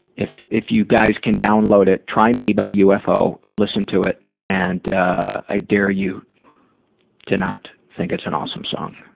if if you guys can download it, try me by ufo, listen to it, and i dare you to not think it's an awesome song.